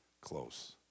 Close